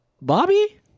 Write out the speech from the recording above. Bobby